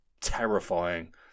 terrifying